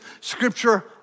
scripture